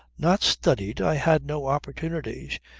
not studied. i had no opportunities.